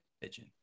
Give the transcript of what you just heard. pigeon